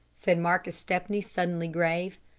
said marcus stepney, suddenly grave.